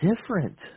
different